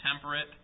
temperate